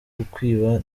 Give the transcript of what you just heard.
ukwiba